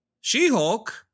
She-Hulk